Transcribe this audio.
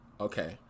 Okay